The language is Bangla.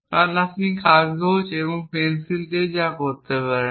কারণ আপনি কাগজ এবং পেন্সিল দিয়ে যা করতে পারেন